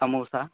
samosa